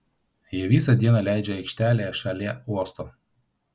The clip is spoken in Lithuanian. jie visą dieną leidžia aikštelėje šalie uosto